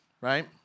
right